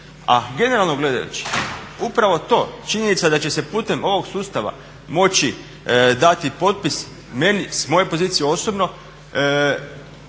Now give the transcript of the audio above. A generalno gledajući, upravo to, činjenica da će se putem ovog sustava moći dati potpis, meni s moje pozicije osobno